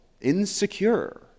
insecure